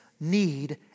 need